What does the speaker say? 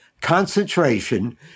concentration